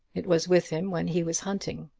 it was with him when he was hunting.